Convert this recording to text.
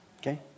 Okay